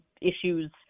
issues